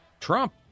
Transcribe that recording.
Trump